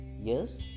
Yes